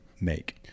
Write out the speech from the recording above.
make